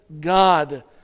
God